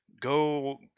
go